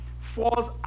falls